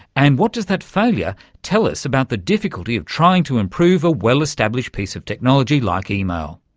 and what does that failure tell us about the difficulty of trying to improve a well-established piece of technology like email?